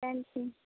painting